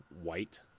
white